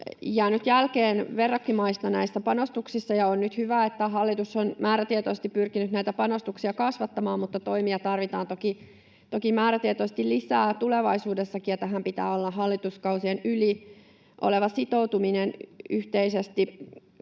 jäänyt jälkeen verrokkimaista näissä panostuksissa, ja on hyvä, että hallitus on nyt määrätietoisesti pyrkinyt näitä panostuksia kasvattamaan. Mutta toimia tarvitaan toki määrätietoisesti lisää tulevaisuudessakin, ja tähän pitää olla hallituskausien yli oleva sitoutuminen yhteisesti.